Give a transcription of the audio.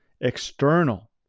external